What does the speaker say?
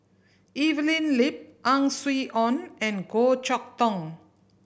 Evelyn Lip Ang Swee Aun and Goh Chok Tong